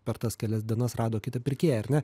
per tas kelias dienas rado kitą pirkėją ar ne